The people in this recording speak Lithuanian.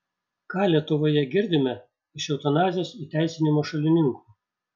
ką lietuvoje girdime iš eutanazijos įteisinimo šalininkų